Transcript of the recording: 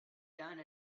done